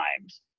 times